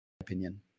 opinion